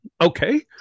okay